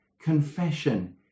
Confession